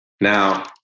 Now